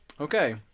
okay